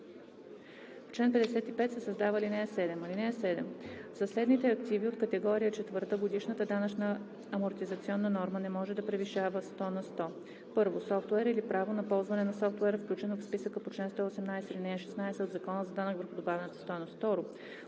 чл. 55 се създава ал. 7: „(7) За следните активи от категория IV годишната данъчна амортизационна норма не може да превишава 100 на сто: 1. софтуер или право на ползване на софтуер, включен в списъка по чл. 118, ал. 16 от Закона за данък върху добавената стойност;